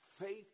Faith